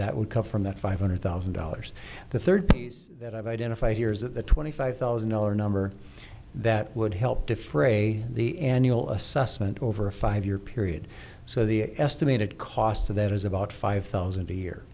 that would come from that five hundred thousand dollars the third piece that i've identified here is that the twenty five thousand dollars number that would help defray the annual assessment over a five year period so the estimated cost of that is about five thousand a year